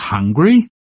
hungry